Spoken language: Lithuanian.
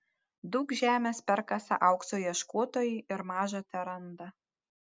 daug žemės perkasa aukso ieškotojai ir maža teranda